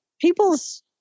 people's